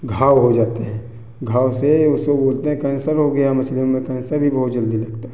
घाव हो जाते हैं घाव से उसको बोलते हैं कैंसर हो गया मछलियों में कैंसर भी बहुत जल्दी लगता है